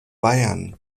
bayern